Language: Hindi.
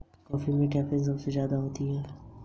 कैसे निकालते हैं बी.एम.आई?